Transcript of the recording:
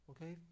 Okay